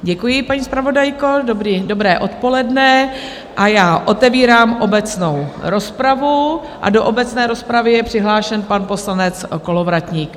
Děkuji, paní zpravodajko, dobré odpoledne, otevírám obecnou rozpravu a do obecné rozpravy je přihlášen pan poslanec Kolovratník.